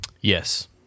Yes